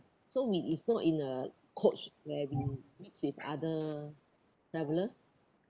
so we it's not in a coach where we mix with other travellers